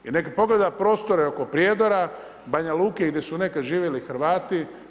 I nek pogleda prostore oko Prijedora, Banja Luke gdje su nekad živjeli Hrvati.